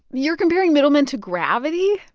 you're comparing middlemen to gravity?